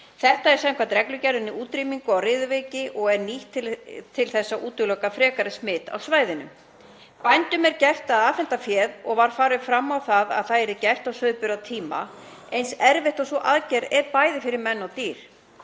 Þetta er samkvæmt reglugerð um útrýmingu á riðuveiki og er nýtt til þess að útiloka frekari smit á svæðinu. Bændum er gert að afhenda féð og var farið fram á það að það yrði gert á sauðburðartíma, eins erfið og sú aðgerð er bæði fyrir menn og dýr.